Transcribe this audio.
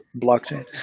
blockchain